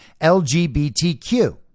LGBTQ